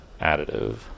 additive